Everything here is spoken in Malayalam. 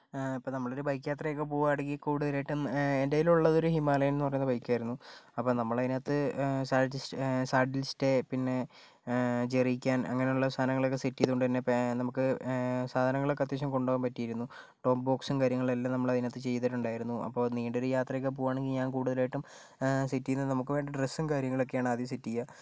നമ്മൾ ഒരു ബൈക്ക് യാത്രയൊക്കെ പോകുവാണെങ്കിൽ കൂടുതലായിട്ടും എൻ്റെ കയ്യിൽ ഉള്ളത് ഒരു ഹിമാലയൻ എന്ന് പറയുന്ന ബൈക്ക് ആയിരുന്നു അപ്പം നമ്മളതിനകത്ത് സാഡിസ്റ്റ് സാഡിൽ സ്റ്റേ പിന്നെ ജെറി ക്യാൻ അങ്ങനെയുള്ള സാധനങ്ങൾ സെറ്റ് ചെയ്തത് കൊണ്ട് തന്നെ നമുക്ക് സാധനങ്ങളൊക്കെ അത്യാവശ്യം കൊണ്ടുപോകാൻ പറ്റിയിരുന്നു ടോപ് ബോക്സും കാര്യങ്ങളും എല്ലാം നമ്മൾ അതിനകത്ത് ചെയ്തിട്ടുണ്ടായിരുന്നു അപ്പോൾ നീണ്ട ഒരു യാത്രയൊക്കെ പോകണമെങ്കിൽ ഞാൻ കൂടുതലായിട്ടും സെറ്റ് ചെയ്യുക നമുക്ക് വേണ്ട ഡ്രസ്സ് കാര്യങ്ങളൊക്കെയാണ് ആദ്യം സെറ്റ് ചെയ്യുക